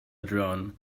drone